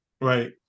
right